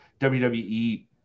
WWE